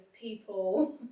people